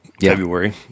February